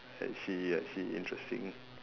I see I see interesting